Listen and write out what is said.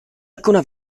alcuna